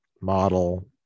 model